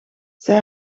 zij